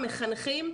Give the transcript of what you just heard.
המחנכים,